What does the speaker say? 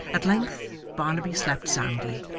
at length barnaby slept soundly,